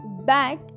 back